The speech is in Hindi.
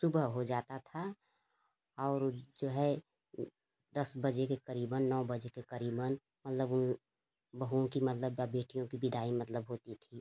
सुबह हो जाता था और जो है दस बजे के करीबन नौ बजे के करीबन मतलब उन बहुओं की मतलब बेटियों की विदाई मतलब होती थी